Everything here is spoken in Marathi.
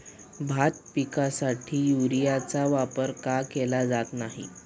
भात पिकासाठी युरियाचा वापर का केला जात नाही?